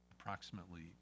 approximately